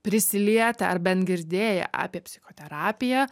prisilietę ar bent girdėję apie psichoterapiją